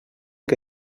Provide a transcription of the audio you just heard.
que